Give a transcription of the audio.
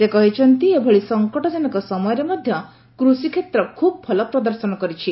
ସେ କହିଛନ୍ତି ଏଭଳି ସଙ୍କଟଜନକ ସମୟରେ ମଧ କୃଷିକ୍ଷେତ୍ର ଖୁବ୍ ଭଲ ପ୍ରଦର୍ଶନ କରିଛି